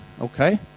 Okay